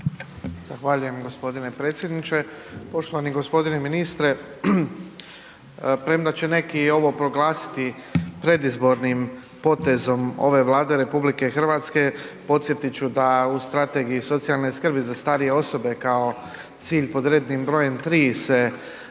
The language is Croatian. Zahvaljujem gospodine predsjedniče. Poštovani gospodine ministre premda će neki i ovo proglasiti predizbornim potezom ove Vlada RH podsjetit ću da u Strategiji socijalne skrbi za starije osobe kao cilj pod rednim brojem 3 se navodi